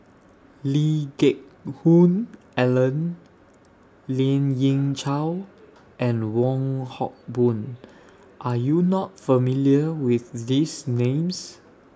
Lee Geck Hoon Ellen Lien Ying Chow and Wong Hock Boon Are YOU not familiar with These Names